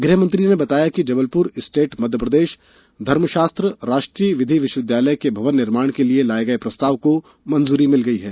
गृहमंत्री ने बताया कि जबलपुर स्टेट मध्यप्रदेश धर्मशास्त्र राष्ट्रीय विधि विश्वविद्यालय के भवन निर्माण के लिए लाये गये प्रस्ताव को मंजूरी दे दी गई है